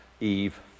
Eve